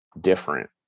different